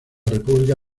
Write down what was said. república